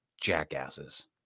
jackasses